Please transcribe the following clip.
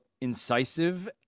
incisive